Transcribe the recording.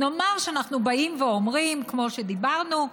נאמר שאנחנו באים ואומרים, כמו שדיברנו,